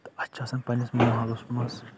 تہٕ اَسہ چھُ آسان پَنٕنِس ماحولس منٛز